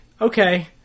okay